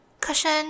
cushion